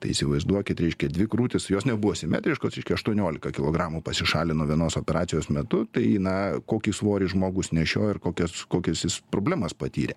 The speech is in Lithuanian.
tai įsivaizduokit reiškia dvi krūtys jos nebuvo simetriškos reiškia aštuoniolika kilogramų pasišalino vienos operacijos metu tai na kokį svorį žmogus nešiojo ir kokias kokias jis problemas patyrė